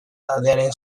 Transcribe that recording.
taldearen